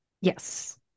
Yes